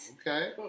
Okay